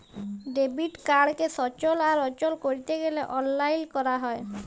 debit কাড়কে সচল আর অচল ক্যরতে গ্যালে অললাইল ক্যরা যায়